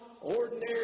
ordinary